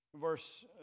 Verse